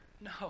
No